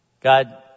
God